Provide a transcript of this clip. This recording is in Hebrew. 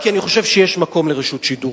כי אני חושב שיש מקום לרשות שידור.